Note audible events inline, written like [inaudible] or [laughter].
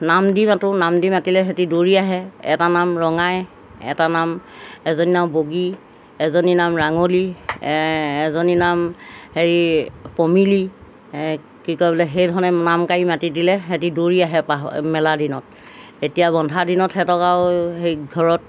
নাম দি মাতোঁ নাম দি মাতিলে হেতি দৌৰি আহে এটা নাম ৰঙাই এটা নাম এজনীৰ নাম বগী এজনীৰ নাম ৰাঙলী এজনী নাম হেৰি পমিলি কি কয় বোলে সেইধৰণে নাম কাঢ়ি মাতি দিলে হেতি দৌৰি আহে [unintelligible] মেলাৰ দিনত এতিয়া বন্ধা দিনত সিহঁতক আৰু সেই ঘৰত